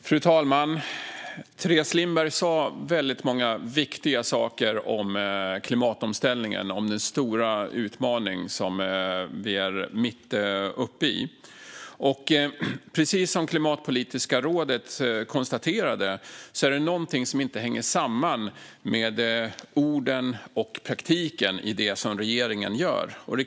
Fru talman! Teres Lindberg sa många viktiga saker om klimatomställningen, om den stora utmaning vi är mitt uppe i. Precis som Klimatpolitiska rådet konstaterade är det något som inte hänger samman mellan orden och praktiken i det regeringen gör.